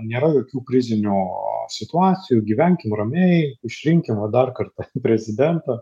nėra jokių krizinių situacijų gyvenkim ramiai išrinkime dar kartą prezidentą